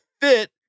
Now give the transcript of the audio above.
Fit